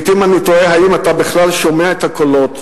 לעתים אני תוהה אם אתה בכלל שומע את הקולות,